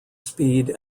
speed